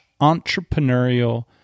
entrepreneurial